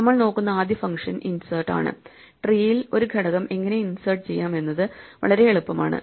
നമ്മൾ നോക്കുന്ന ആദ്യ ഫങ്ഷൻ ഇൻസേർട്ട് ആണ് ട്രീയിൽ ഒരു ഘടകം എങ്ങനെ ഇൻസേർട്ട് ചെയ്യാം എന്നത് വളരെ എളുപ്പമാണ്